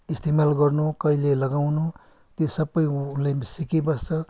इस्तेमाल गर्नु कहिले लगाउनु त्यो सबै उसले पनि सिकिबस्छ